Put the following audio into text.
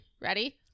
Ready